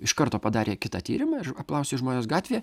iš karto padarė kitą tyrimą apklausė žmones gatvėje